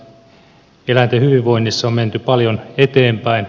eläinten hyvinvoinnissa on menty paljon eteenpäin